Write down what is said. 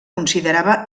considerava